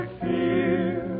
fear